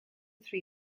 three